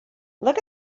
look